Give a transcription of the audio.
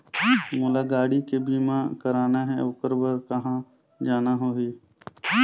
मोला गाड़ी के बीमा कराना हे ओकर बार कहा जाना होही?